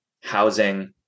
housing